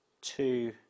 two